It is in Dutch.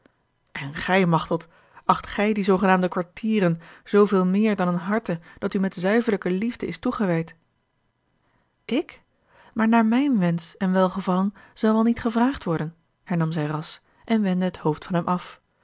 en gij machteld acht gij die zoogenaamde kwartieren zooveel meer dan een harte dat u met zuiverlijke liefde is toegewijd ik maar naar mijn wensch en welgevallen zal wel niet gevraagd worden hernam zij ras en wendde het hoofd van hem af